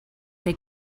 they